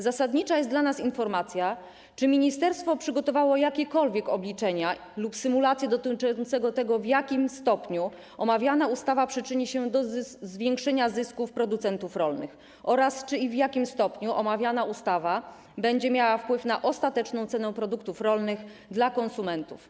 Zasadnicza jest dla nas informacja, czy ministerstwo przygotowało jakiekolwiek obliczenia lub symulacje dotyczące tego, w jakim stopniu omawiana ustawa przyczyni się do zwiększenia zysków producentów rolnych oraz czy i w jakim stopniu omawiana ustawa będzie miała wpływ na ostateczną cenę produktów rolnych dla konsumentów.